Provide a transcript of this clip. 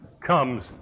comes